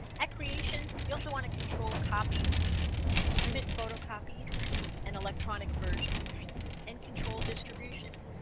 at creation you also want to control copy limit photocopies and electronic version and control distribution